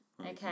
Okay